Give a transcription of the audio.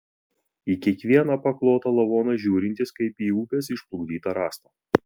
į kiekvieną paklotą lavoną žiūrintis kaip į upės išplukdytą rąstą